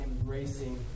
embracing